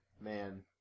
Man